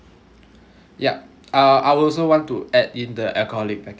yup uh I'll also want to add in the alcoholic package